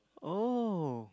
oh